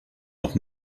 noch